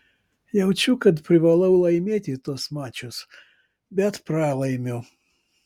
jaučiu kad privalau laimėti tuos mačus bet pralaimiu